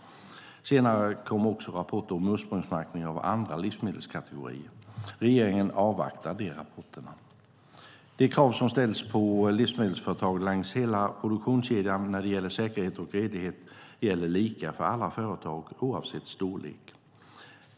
Senare kommer också rapporter om ursprungsmärkning av andra livsmedelskategorier. Regeringen avvaktar de rapporterna. De krav som ställs på livsmedelsföretagen längs hela produktionskedjan när det gäller säkerhet och redlighet gäller lika för alla företag oavsett storlek.